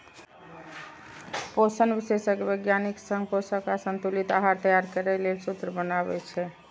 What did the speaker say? पोषण विशेषज्ञ वैज्ञानिक संग पोषक आ संतुलित आहार तैयार करै लेल सूत्र बनाबै छै